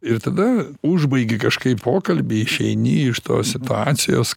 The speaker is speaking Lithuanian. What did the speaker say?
ir tada užbaigi kažkaip pokalbį išeini iš tos situacijos